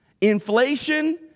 inflation